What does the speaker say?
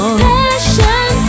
passion